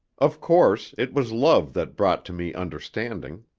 of course, it was love that brought to me understanding.